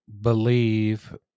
believe